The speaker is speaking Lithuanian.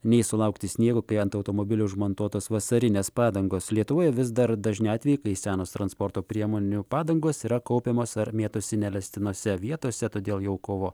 nei sulaukti sniego kai ant automobilio užmontuotos vasarinės padangos lietuvoje vis dar dažni atvejai kai senos transporto priemonių padangos yra kaupiamos ar mėtosi neleistinose vietose todėl jau kovo